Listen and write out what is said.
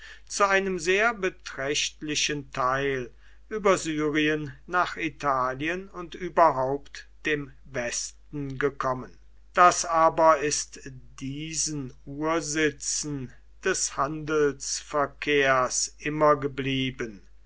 zu einem sehr beträchtlichen teil über syrien nach italien und überhaupt dem westen gekommen das aber ist diesen ursitzen des handelsverkehrs immer geblieben